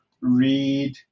read